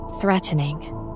threatening